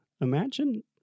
Imagine